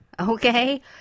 Okay